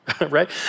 right